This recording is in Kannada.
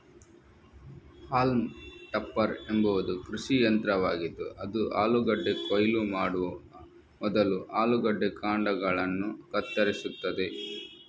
ಹಾಲ್ಮಾ ಟಪ್ಪರ್ ಎಂಬುದು ಕೃಷಿ ಯಂತ್ರವಾಗಿದ್ದು ಅದು ಆಲೂಗಡ್ಡೆ ಕೊಯ್ಲು ಮಾಡುವ ಮೊದಲು ಆಲೂಗಡ್ಡೆ ಕಾಂಡಗಳನ್ನು ಕತ್ತರಿಸುತ್ತದೆ